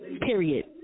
Period